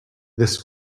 this